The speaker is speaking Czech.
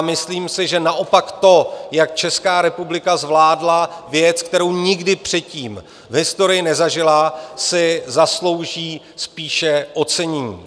Myslím si, že naopak to, jak Česká republika zvládla věc, kterou nikdy předtím v historii nezažila, si zaslouží spíše ocenění.